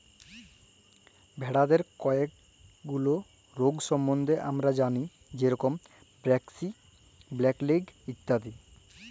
ভেরাদের কয়ে গুলা রগ সম্বন্ধে হামরা জালি যেরম ব্র্যাক্সি, ব্ল্যাক লেগ ইত্যাদি